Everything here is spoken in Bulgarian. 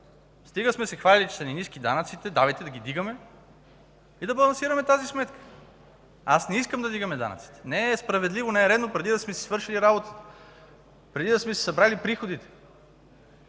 стига сме се хвалили, че са ни ниски данъците – давайте да ги вдигаме и да балансираме тази сметка. Аз не искам да вдигаме данъци – не е справедливо, не е редно, преди да сме си свършили работата, преди да сме си събрали приходите.